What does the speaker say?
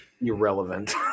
irrelevant